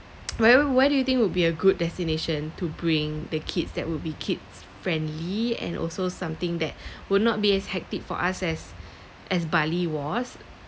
where where do you think would be a good destination to bring the kids that would be kids friendly and also something that would not be as hectic for us as as bali was